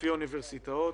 לפי אוניברסיטאות.